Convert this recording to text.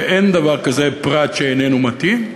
שאין דבר כזה פרט שאיננו מתאים,